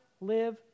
live